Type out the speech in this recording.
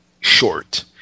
short